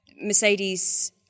Mercedes